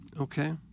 Okay